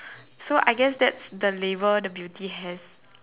so I guess that's the label the beauty has